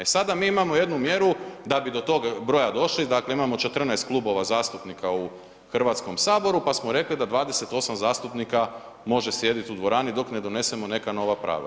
E sad da mi imamo jednu mjeru da bi do tog broja došli, dakle imamo 14 klubova zastupnika u Hrvatskom saboru pa smo rekli da 28 zastupnika može sjedit u dvorani dok ne donesemo neka nova pravila.